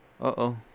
Uh-oh